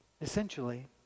Essentially